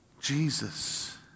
Jesus